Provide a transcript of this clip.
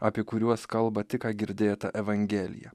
apie kuriuos kalba tik ką girdėta evangelija